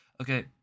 Okay